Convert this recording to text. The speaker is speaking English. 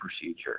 procedure